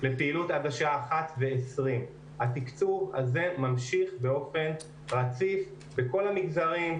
לפעילות עד השעה 13:20. התקצוב הזה ממשיך באופן רציף בכל המגזרים,